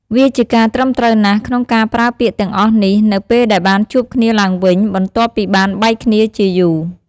វាជាការត្រឹមត្រូវណាស់ ក្នុងការប្រើពាក្យទាំងអស់នេះ នៅពេលដែលបានជួបគ្នាឡើងវិញ បន្ទាប់ពីបានបែកគ្នាជាយូរ។